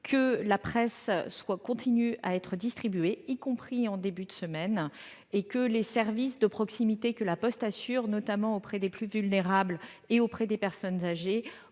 que la presse soit distribuée, y compris en début de semaine, et que les services de proximité assurés par La Poste, notamment auprès des plus vulnérables et des personnes âgées,